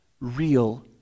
real